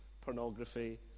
pornography